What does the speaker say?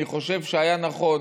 אני חושב שהיה נכון